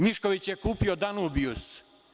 Mišković je kupio „Danubijus“